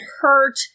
hurt